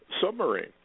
submarine